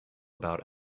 about